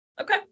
okay